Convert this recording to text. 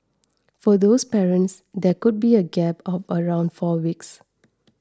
for those parents there could then be a gap of around four weeks